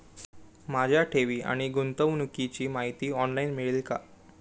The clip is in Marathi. माझ्या ठेवी आणि गुंतवणुकीची माहिती ऑनलाइन मिळेल का?